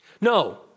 No